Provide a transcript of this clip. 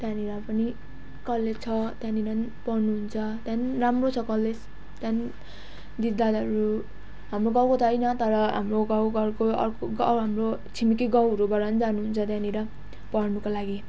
त्यहाँनिर पनि कलेज छ त्यहाँनिर पनि पढ्नुहुन्छ त्यहाँ पनि राम्रो छ कलेज त्यहाँ पनि दिदीदादाहरू हाम्रो गाउँको त होइन तर हाम्रो गाउँघरको अर्को गाउँ हाम्रो छिमेकी गाउँहरूबाट पनि जानुहुन्छ त्यहाँनिर पढ्नुको लागि